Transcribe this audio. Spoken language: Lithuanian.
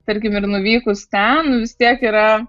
tarkim ir nuvykus ten vis tiek yra